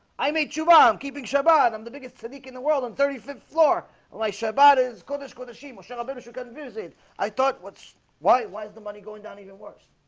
i made, chuba. i'm keeping shabbat i'm the biggest sonique in the world on thirty fifth floor like shabbat is gonna score the shema shuttle better so confusing i thought what's why why is the money going down even worse?